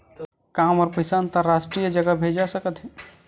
का हमर पईसा अंतरराष्ट्रीय जगह भेजा सकत हे?